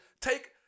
Take